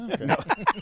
Okay